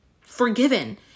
forgiven